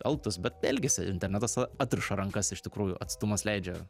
elgtųs bet elgiasi internetas tada atriša rankas iš tikrųjų atstumas leidžia